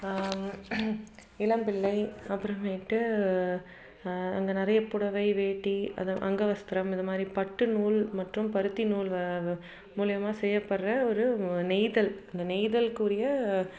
இளம்பிள்ளை அப்புறமேட்டு அங்கே நிறைய புடவை வேட்டி அதை அங்கவஸ்திரம் இது மாதிரி பட்டு நூல் மற்றும் பருத்தி நூல் மூலயமா செய்யப்படுற ஒரு நெய்தல் அந்த நெய்தலுக்குரிய